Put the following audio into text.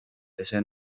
ese